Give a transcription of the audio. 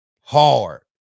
hard